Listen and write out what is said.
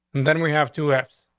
and then we have to efs.